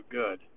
good